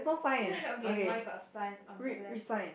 okay mine got sign on the lamp post